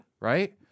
right